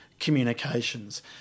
communications